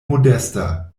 modesta